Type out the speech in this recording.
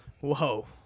Whoa